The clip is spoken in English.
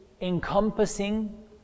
Encompassing